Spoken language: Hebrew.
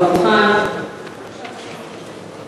גברתי